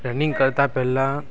running કરતાં પહેલાં